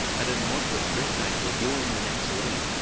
at a moderate drift angle, you're in the next lane,